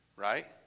Right